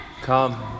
Come